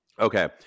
Okay